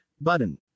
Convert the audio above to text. button